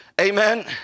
amen